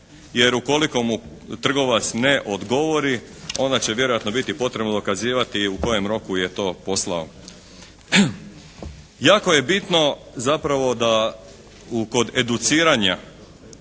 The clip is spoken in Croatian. Jer ukoliko mu trgovac ne odgovori onda će vjerojatno biti potrebno dokazivati u kojem roku je to poslao. Jako je bitno zapravo da kod educiranja